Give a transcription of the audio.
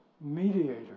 mediator